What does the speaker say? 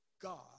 God